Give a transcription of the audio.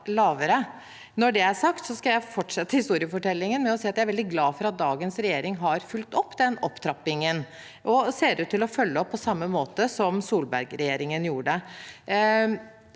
Når det er sagt, skal jeg fortsette historiefortellingen med å si at jeg er veldig glad for at dagens regjering har fulgt opp den opptrappingen og ser ut til å følge opp på samme måte som Solberg-regjeringen gjorde.